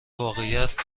واقعیت